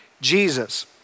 Jesus